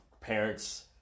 parents